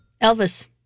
Elvis